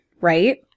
right